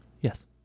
yes